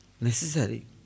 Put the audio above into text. necessary